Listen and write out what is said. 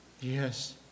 Yes